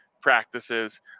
practices